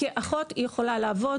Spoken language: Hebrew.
כאחות היא יכולה לעבוד,